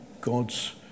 God's